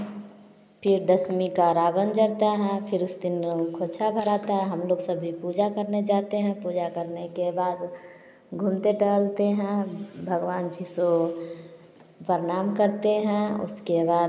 फिर दशमी का रावण जलता है फिर उस दिन खुचा भर आता है हम लोग सभी पूजा करने जाते हैं पूजा करने के बाद घूमते टहलते हैं भगवान जी सो प्रणाम करते हैं उसके बाद